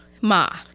Ma